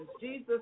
Jesus